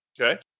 Okay